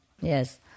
yes